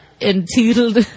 entitled